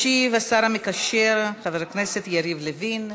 ישיב השר המקשר חבר הכנסת יריב לוין.